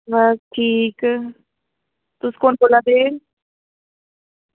बस ठीक तुस कुन्न बोल्ला दे